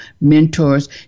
mentors